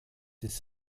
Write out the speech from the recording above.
des